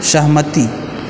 सहमति